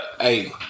hey